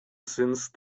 since